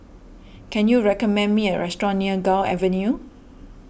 can you recommend me a restaurant near Gul Avenue